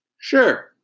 sure